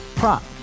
Prop